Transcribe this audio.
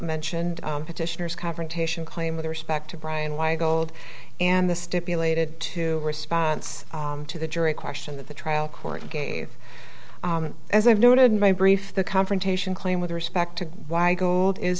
mentioned petitioners confrontation claim with respect to brian why gold and the stipulated two response to the jury question that the trial court gave as i noted in my brief the confrontation claim with respect to why gold is